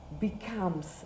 becomes